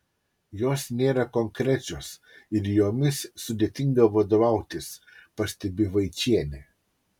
jos nėra konkrečios ir jomis sudėtinga vadovautis pastebi vaičienė